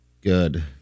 Good